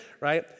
right